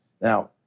Now